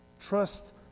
Trust